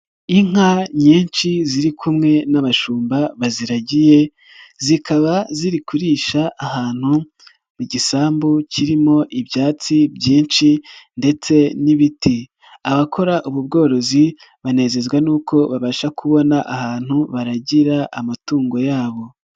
Inka nyinshi ziri kumwe n'abashumba baziragiye zikaba ziri kurisha ahantu mu gisambu kirimo ibyatsi byinshi ndetse n'ibiti, abakora ubu bworozi banezezwa n'uko babasha kubona ahantu baragira amatungo yabo.